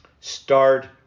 Start